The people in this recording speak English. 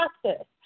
process